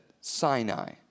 Sinai